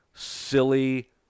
silly